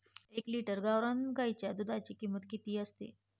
एक लिटर गावरान गाईच्या दुधाची किंमत किती असते?